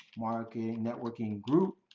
marketing networking group,